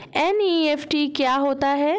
NEFT क्या होता है?